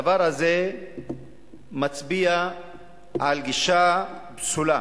הדבר הזה מצביע על גישה פסולה.